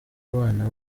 abana